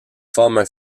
forment